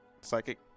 psychic